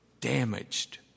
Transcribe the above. damaged